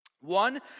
One